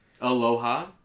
Aloha